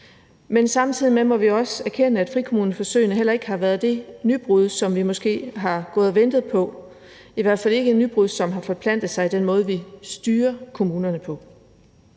Men samtidig må vi også erkende, at frikommuneforsøgene heller ikke har været det nybrud, som vi måske har gået og ventet på – i hvert fald ikke et nybrud, som har forplantet sig til den måde, vi styrer kommunerne på.